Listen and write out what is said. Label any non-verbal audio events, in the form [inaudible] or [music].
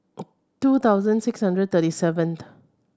[noise] two thousand six hundred thirty seven